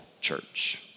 church